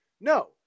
no